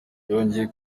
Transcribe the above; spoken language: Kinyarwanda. yongeye